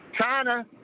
China